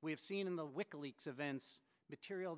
we have seen in the wiki leaks events material